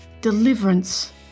deliverance